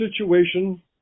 situation